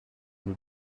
nous